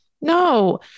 No